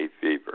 fever